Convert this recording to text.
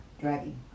Driving